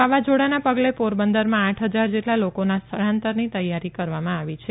વાવાઝોડાના પગલે પોરબંદરમાં આઠ ફજાર જેટલા લોકોના સ્થળાંતરની તૈયારી કરવામાં આવી છે